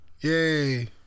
Yay